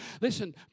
Listen